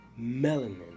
melanin